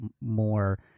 more